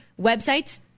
websites